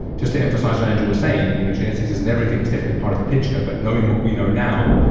just to emphasize what andrew was saying, you know genetics isn't everything. it's definitely part of the picture, but knowing what we know now,